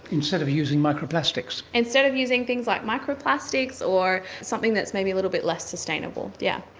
instead of using micro-plastics. instead of using things like micro-plastics or something that is maybe a little bit less sustainable, yeah